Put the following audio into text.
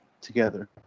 together